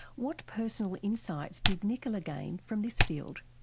what personal insights did nicola gain from this field?